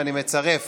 אני מצרף